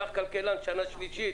קח כלכלן שנה שלישית,